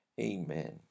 Amen